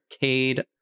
cade